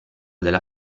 della